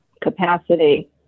capacity